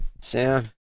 sam